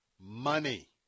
money